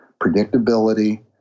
predictability